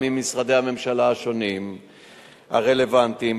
עם משרדי הממשלה הרלוונטיים השונים,